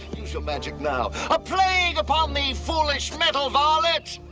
use your magic now. a plague upon thee, foolish metal varlet.